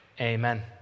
amen